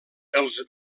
els